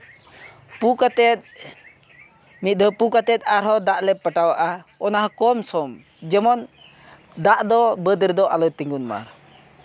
ᱯᱩ ᱠᱟᱛᱮ ᱢᱤᱫ ᱫᱷᱟᱣ ᱯᱩ ᱠᱟᱛᱮ ᱟᱨᱦᱚᱸ ᱫᱟᱜ ᱞᱮ ᱯᱚᱴᱟᱣᱟᱜᱼᱟ ᱚᱱᱟ ᱠᱚᱢ ᱥᱚᱢ ᱡᱮᱢᱚᱱ ᱫᱟᱜ ᱫᱚ ᱵᱟᱹᱫᱽ ᱨᱮᱫᱚ ᱟᱞᱚ ᱛᱤᱸᱜᱩᱱ ᱢᱟ